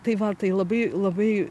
tai va tai labai labai